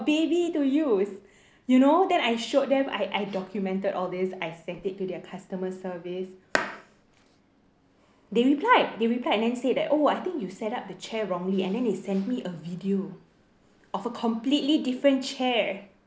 a baby to use you know then I showed them I I documented all this I sent it to their customer service they replied they replied then say that oh I think you set up the chair wrongly and then they sent me a video of a completely different chair